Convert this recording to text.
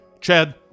Chad